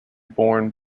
born